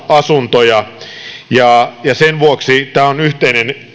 asuntoja sen vuoksi tämä on yhteinen